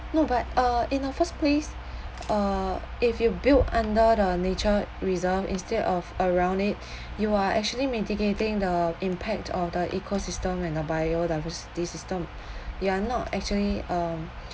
no but uh in the first place uh if you build under the nature reserve instead of around it you are actually mitigating the impact of the ecosystem and a biodiversity system you're not actually uh